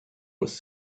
was